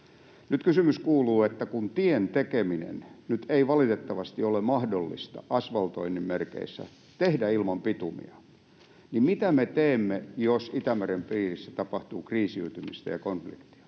Nyt kysymys kuuluu: Kun tietä ei valitettavasti ole mahdollista tehdä asfaltoinnin merkeissä ilman bitumia, niin mitä me teemme, jos Itämeren piirissä tapahtuu kriisiytymistä ja konfliktia?